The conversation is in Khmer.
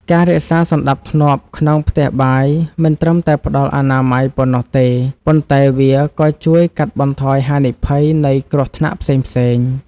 ការរក្សាសណ្តាប់ធ្នាប់ក្នុងផ្ទះបាយមិនត្រឹមតែផ្តល់អនាម័យប៉ុណ្ណោះទេ ប៉ុន្តែវាក៏ជួយកាត់បន្ថយហានិភ័យនៃគ្រោះថ្នាក់ផ្សេងៗ។